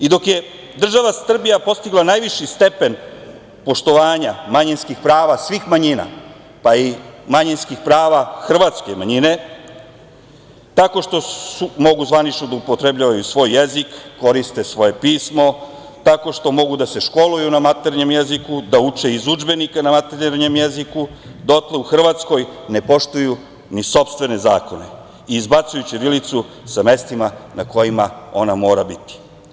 I dok je država Srbija postigla najviši stepen poštovanja, manjinskih prava svih manjina, pa i manjinskih prava hrvatske manjine, tako što mogu zvanično da upotrebljavaju svoj jezik, koriste svoje pismo, tako što mogu da se školuju na maternjem jeziku da uče iz udžbenika na maternjem jeziku, dotle u Hrvatskoj ne poštuju ni sopstvene zakone i izbacuju ćirilicu sa mestima na kojima ona mora biti.